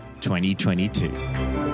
2022